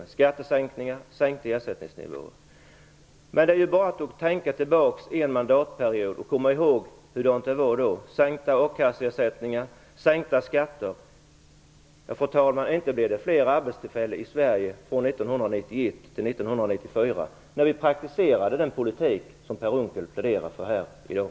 Det är skattesänkningar och sänkta ersättningsnivåer. Men det är bara att tänka tillbaka en mandatperiod och komma ihåg hur det var då - sänkta a-kasseersättningar och sänkta skatter. Men inte blev det fler arbetstillfällen i Sverige 1991-94, när vi praktiserade den politik som Per Unckel pläderar för här i dag.